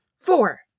Four